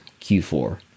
Q4